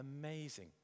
Amazing